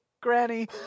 Granny